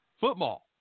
football